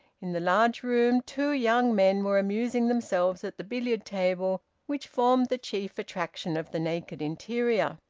in the large room two young men were amusing themselves at the billiard-table which formed the chief attraction of the naked interior,